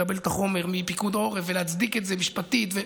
לקבל את החומר מפיקוד העורף ולהצדיק את זה משפטית.